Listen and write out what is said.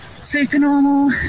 Supernormal